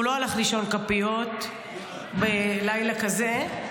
הוא לא הלך לישון "כפיות" בלילה כזה,